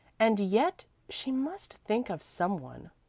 and yet she must think of some one,